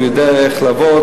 הוא יודע איך לעבוד,